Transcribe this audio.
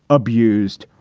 abused,